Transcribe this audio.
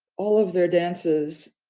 all of their dances,